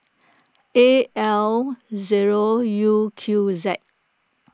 A L zero U Q Z